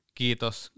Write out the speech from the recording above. kiitos